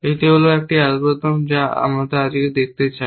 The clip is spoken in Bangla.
এটি হল অ্যালগরিদম যা আমরা আজকে দেখতে চাই